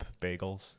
bagels